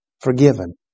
forgiven